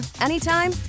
anytime